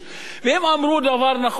והם אמרו דבר נכון בעצם,